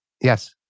yes